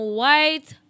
white